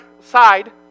side